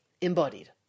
Embodied